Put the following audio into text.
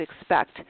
expect